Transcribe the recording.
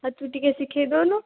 ଆଉ ତୁ ଟିକିଏ ଶିଖେଇ ଦେଉନୁ